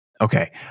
okay